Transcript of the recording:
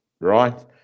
right